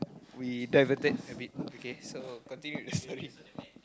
we diverted a bit okay so continue the story